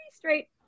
Straight